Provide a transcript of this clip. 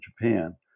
Japan